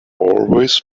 always